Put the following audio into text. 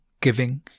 giving